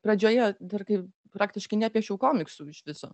pradžioje dar kai praktiškai nepiešiau komiksų iš viso